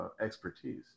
expertise